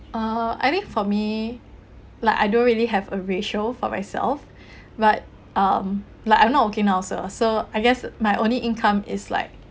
uh I think for me like I don't really have a ratio for myself but um like I'm not working now also ah so I guess my only income is like